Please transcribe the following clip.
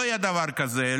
לא היה דבר כזה,